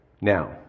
Now